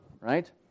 right